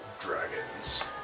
dragons